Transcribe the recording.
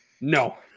No